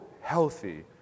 healthy